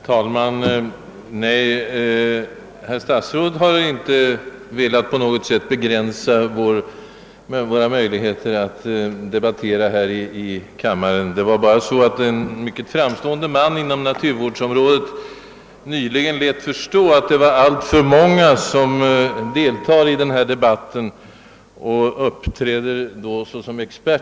Jag vill försäkra statsrådet Holmqvist att han inte på något sätt velat begränsa våra möjligheter att debattera här i kammaren, men en mycket framstående person på naturvårdsområdet lät nyligen enligt dagspressen förstå att alltför många deltar i debatten om miljöfrågorna och uppträder som experter.